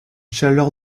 chaleur